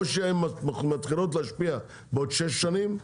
או שהן מתחילות להשפיע בעוד שש שנים,